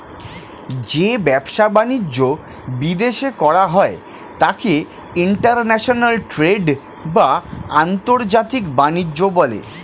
যে ব্যবসা বাণিজ্য বিদেশে করা হয় তাকে ইন্টারন্যাশনাল ট্রেড বা আন্তর্জাতিক বাণিজ্য বলে